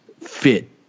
fit